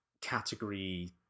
category